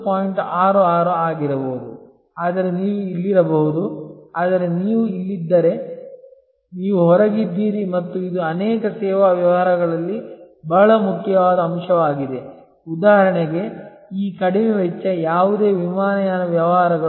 66 ಆಗಿರಬಹುದು ಆದರೆ ನೀವು ಇಲ್ಲಿರಬಹುದು ಆದರೆ ನೀವು ಇಲ್ಲಿದ್ದರೆ ನೀವು ಹೊರಗಿದ್ದೀರಿ ಮತ್ತು ಇದು ಅನೇಕ ಸೇವಾ ವ್ಯವಹಾರಗಳಲ್ಲಿ ಬಹಳ ಮುಖ್ಯವಾದ ಅಂಶವಾಗಿದೆ ಉದಾಹರಣೆಗೆ ಈ ಕಡಿಮೆ ವೆಚ್ಚ ಯಾವುದೇ ವಿಮಾನಯಾನ ವ್ಯವಹಾರಗಳು